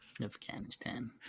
Afghanistan